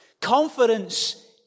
Confidence